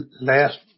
last